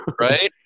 Right